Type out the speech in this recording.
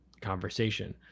conversation